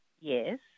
Yes